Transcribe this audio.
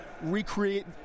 recreate